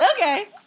Okay